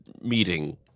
meeting